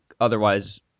otherwise